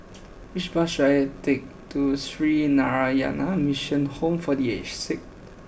which bus should I take to Sree Narayana Mission Home for The Aged Sick